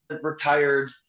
retired